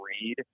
read